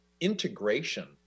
integration